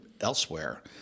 elsewhere